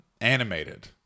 Animated